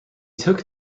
took